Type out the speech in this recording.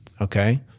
okay